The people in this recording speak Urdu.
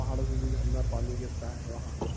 پہاڑوں سے جو جھھرنا پانی گتا ہے وہاں